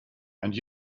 and